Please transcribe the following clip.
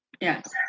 Yes